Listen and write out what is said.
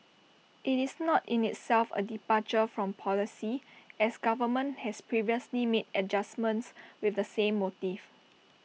IT is not in itself A departure from policy as government has previously made adjustments with the same motive